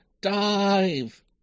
Dive